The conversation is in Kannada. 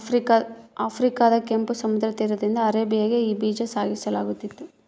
ಆಫ್ರಿಕಾದ ಕೆಂಪು ಸಮುದ್ರ ತೀರದಿಂದ ಅರೇಬಿಯಾಗೆ ಈ ಬೀಜ ಸಾಗಿಸಲಾಗುತ್ತಿತ್ತು